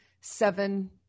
seven